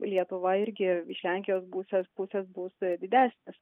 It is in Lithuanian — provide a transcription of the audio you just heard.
lietuva irgi iš lenkijos busės pusės bus didesnis